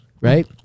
Right